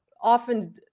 often